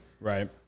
Right